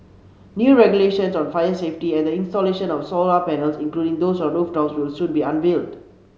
new regulations on fire safety and the installation of solar panels including those on rooftops will soon be unveiled